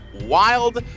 Wild